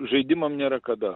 žaidimam nėra kada